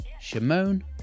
Shimon